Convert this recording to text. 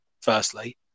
Firstly